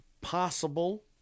possible